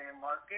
market